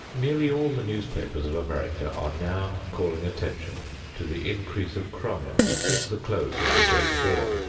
nearly all the newspapers of america are now calling attention to the increase of crime since the close of the great war.